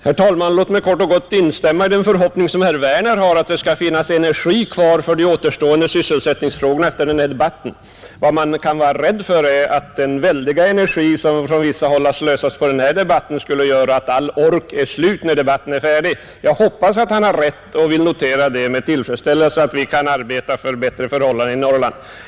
Herr talman! Låt mig bara kort och gott instämma i herr Werners i Tyresö förhoppning att det efter denna debatt skall finnas energi kvar för de återstående sysselsättningsfrågorna. Vad man möjligen kan vara rädd för är att den väldiga energi som från vissa håll har slösats på denna debatt skulle ha gjort att all ork är slut när debatten är över. Jag hoppas att herr Werner har rätt, och jag noterar med stor tillfredsställelse att vi kan gemensamt verka för bättre förhållanden i Norrland.